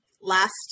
last